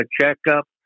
checkup